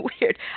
weird